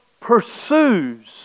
pursues